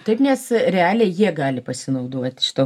taip nes realiai jie gali pasinaudot šituo